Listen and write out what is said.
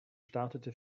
startete